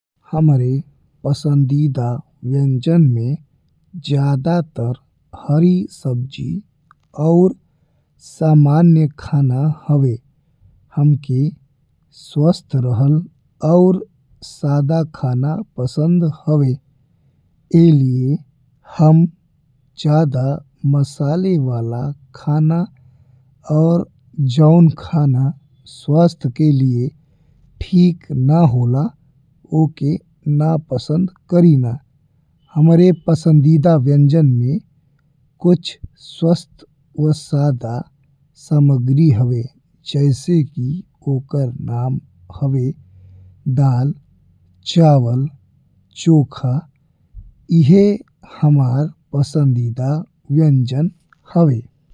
हमरे पसंदीदा व्यंजन में ज्यादातर हरी सब्जी और सामान्य खाना हवे। हमके स्वस्थ रहल और साधा खाना पसंद हवे, ए लिहाज़े हम ज़्यादा मसाले वाला खाना और जउन खाना स्वास्थ्य के लिए ठीक ना होला। ओ के ना पसंद करीना हमरे पसंदीदा व्यंजन में कुछ स्वस्थ वा साधा सामग्री हवे जैसे कि ओकरे नाम हवे दाल, चावल, चोखा। एह हमार पसंदीदा व्यंजन हवे।